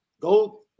go